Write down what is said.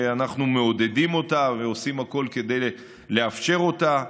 שאנחנו מעודדים אותה ועושים הכול כדי לאפשר אותה.